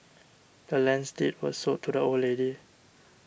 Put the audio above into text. the land's deed was sold to the old lady